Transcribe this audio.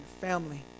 family